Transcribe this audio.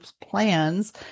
plans